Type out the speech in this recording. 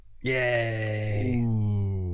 Yay